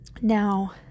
Now